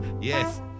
Yes